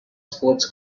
sports